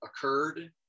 occurred